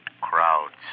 crowds